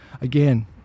Again